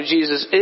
Jesus